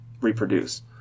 reproduce